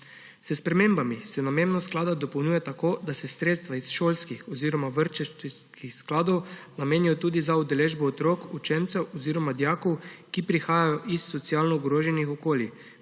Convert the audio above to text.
S spremembami se namembnost sklada dopolnjuje tako, da se sredstva iz šolskih oziroma vrtčevskih skladov namenjajo tudi za udeležbo otrok, učencev oziroma dijakov, ki prihajajo iz socialno ogroženih okolij